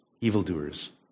evildoers